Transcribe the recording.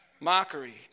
Mockery